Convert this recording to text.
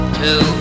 two